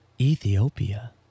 Ethiopia